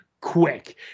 quick